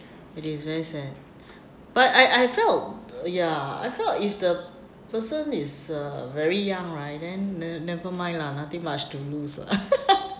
it is very sad but I I I felt ya I felt if the person is uh very young right then ne~ never mind lah nothing much to lose lah